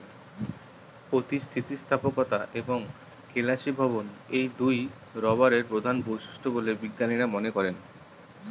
অতি স্থিতিস্থাপকতা এবং কেলাসীভবন এই দুইই রবারের প্রধান বৈশিষ্ট্য বলে বিজ্ঞানীরা মনে করেন